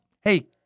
Hey